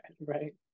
right